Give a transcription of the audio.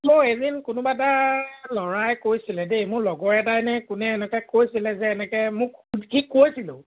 মই এদিন কোনোবা এটা ল'ৰাই কৈছিলে দেই মোৰ লগৰ এটা এনেই কোনে এনেকে কৈছিলে যে এনেকে মোক সি কৈছিলোঁ